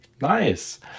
nice